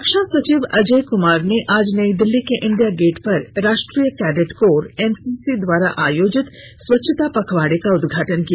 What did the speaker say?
रक्षा सचिव अजय कुमार ने आज नई दिल्ली के इंडिया गेट पर राष्ट्रीय कैडेट कोर एनसीसी द्वारा आयोजित स्वछता पखवाड़े का उदघाटन किया